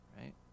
right